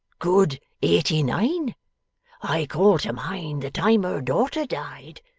good eighty-nine i call to mind the time her daughter died.